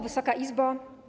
Wysoka Izbo!